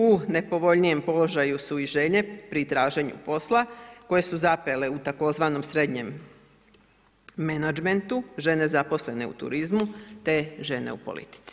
U nepovoljnijem položaju su i žene pri traženju posla koje su zapele u tzv. srednjem menadžmentu, žene zaposlene u turizmu, te žene u politici.